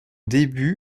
début